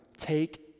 take